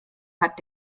hat